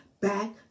back